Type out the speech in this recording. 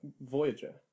Voyager